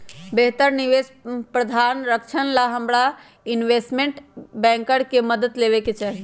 बेहतर निवेश प्रधारक्षण ला हमरा इनवेस्टमेंट बैंकर के मदद लेवे के चाहि